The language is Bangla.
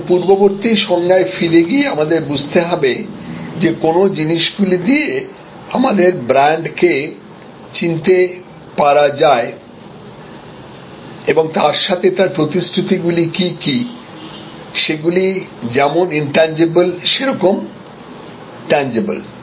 সুতরাংপূর্ববর্তী সংজ্ঞায় ফিরে গিয়ে আমাদের বুঝতে হবে যে কোন জিনিস গুলো দিয়ে আমাদের ব্র্যান্ড কে চিনতে পারে যায় এবং তার সাথে তার প্রতিশ্রুতি গুলি কি কি সেগুলো যেমন ইনট্যানজিবল সেরকম ট্যানজিবল